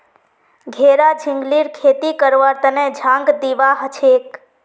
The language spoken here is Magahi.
घेरा झिंगलीर खेती करवार तने झांग दिबा हछेक